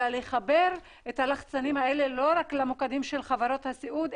אלא לחבר את הלחצנים האלה לא רק למוקדים של חברות הסיעוד,